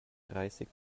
dreißig